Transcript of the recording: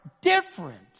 different